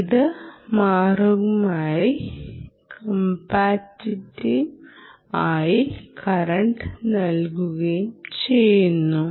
ഇത് മറ്റുമായി കോമ്പാറ്റിബിളും ഉയർന്ന കറന്റ് നൽകുകയും ചെയ്യും